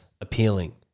appealing